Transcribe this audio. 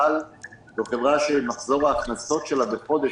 אל-על היא חברה שמחזור ההכנסות שלה בחודש